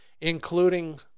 including